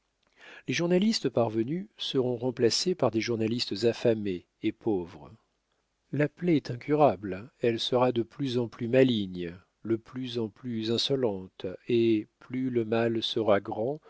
les journalistes parvenus seront remplacés par des journalistes affamés et pauvres la plaie est incurable elle sera de plus en plus maligne de plus en plus insolente et plus le mal sera grand